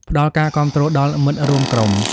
ផ្តល់ការគាំទ្រដល់មិត្តរួមក្រុម។